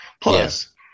plus